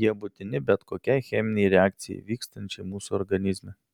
jie būtini bet kokiai cheminei reakcijai vykstančiai mūsų organizme